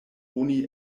oni